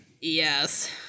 yes